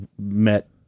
met